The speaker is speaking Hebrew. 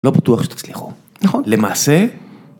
‫לא בטוח שתצליחו. ‫נכון. ‫למעשה...